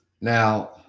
Now